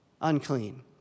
unclean